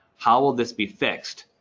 how will this be fixed?